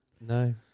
No